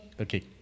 Okay